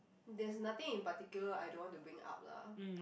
there's nothing in particular I don't want to bring up lah